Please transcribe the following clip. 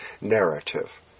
narrative